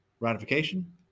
Ratification